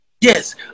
Yes